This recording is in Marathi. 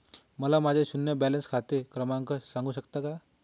मला माझे शून्य बॅलन्स खाते क्रमांक सांगू शकता का?